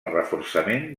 reforçament